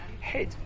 head